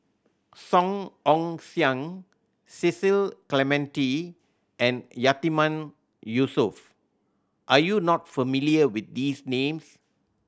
Song Ong Siang Cecil Clementi and Yatiman Yusof are you not familiar with these names